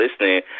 listening